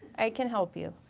i can help you.